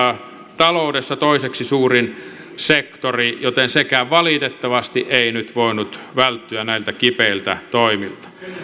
taloudessa toiseksi suurin sektori joten sekään valitettavasti ei nyt voinut välttyä näiltä kipeiltä toimilta